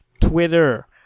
Twitter